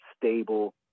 stable